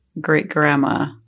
great-grandma